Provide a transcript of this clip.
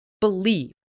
believe